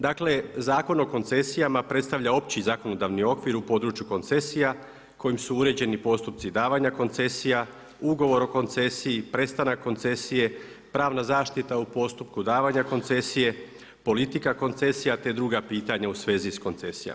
Dakle, Zakon o koncesijama predstavlja opći zakonodavni okvir u području koncesija kojim su uređeni postupci davanja koncesija, ugovor o koncesiji, prestanak koncesije, pravna zaštita u postupku davanja koncesije, politika koncesija, te druga pitanja u svezi koncesija.